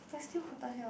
but still hotter here